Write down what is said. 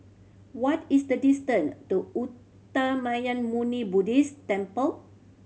what is the distance to Uttamayanmuni Buddhist Temple